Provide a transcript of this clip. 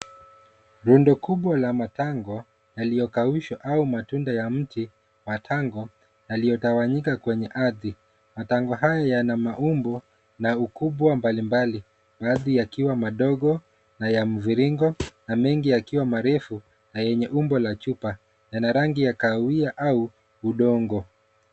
Rundo kubwa la matango yaliyokaushwa au matunda ya mti matango yaliyotawanyika kwenye ardhi. Matango hayo yana maumbo na ukubwa mbalimbali; baadhi yakiwa madogo na ya mviringo na mengi yakiwa marefu na yenye umbo la chupa. Yana rangi ya kahawia au udongo.